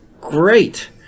great